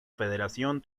federación